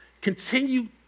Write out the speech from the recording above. continue